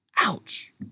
Ouch